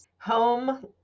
Home